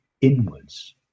inwards